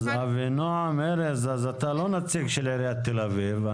אז אבינועם ארז, אתה לא נציג עיריית תל אביב.